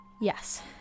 Yes